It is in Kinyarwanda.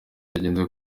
yagenze